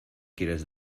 quieres